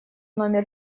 номер